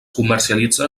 comercialitza